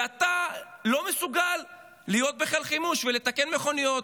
ואתה לא מסוגל להיות בחיל חימוש ולתקן מכוניות?